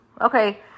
Okay